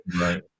right